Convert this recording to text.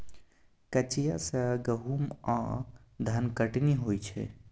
कचिया सँ गहुम आ धनकटनी होइ छै